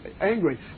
angry